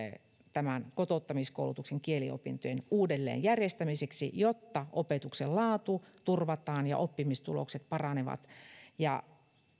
tämän kotouttamiskoulutuksen kieliopintojen uudelleenjärjestämiseksi jotta opetuksen laatu turvataan ja oppimistulokset paranevat